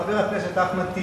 חבר הכנסת אחמד טיבי.